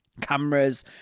Cameras